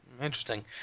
interesting